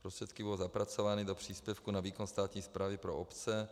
Prostředky budou zapracovány do příspěvku na výkon státní správy pro obce.